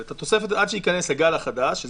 אבל התוספת: עד שייכנס הגל החדש".